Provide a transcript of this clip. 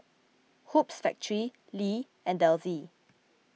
Hoops Factory Lee and Delsey